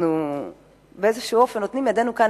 אנחנו באיזשהו אופן נותנים את ידנו כאן,